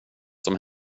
som